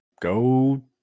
Go